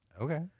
Okay